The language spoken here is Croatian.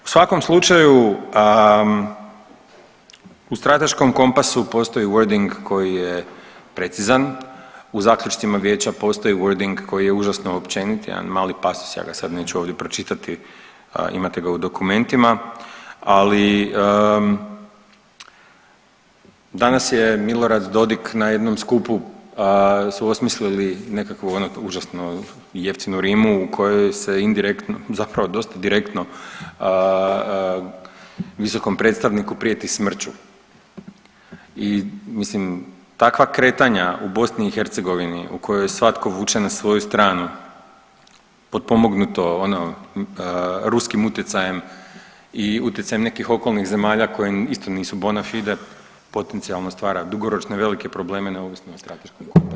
U svakom slučaju u strateškom kompasu postoji wording koji je precizan u zaključcima Vijeća postoji wording koji je užasno općenit, jedan mali pasus ja ga sad neću ovdje pročitati, imate ga u dokumentima, ali danas je Milorad Dodik na jednom skupu su osmisli nekakvu ono užasnu jeftinu rimu u kojoj se indirektno, zapravo dosta direktno visokom predstavniku prijeti smrću i mislim takva kretanja u BiH u kojoj svatko vuče na svoju stranu, potpomognuto ono ruskim utjecajem i utjecajem nekih okolnih zemalja koje isto nisu bona fide potencijalno stvara dugoročno velike probleme neovisno o strateškom kompasu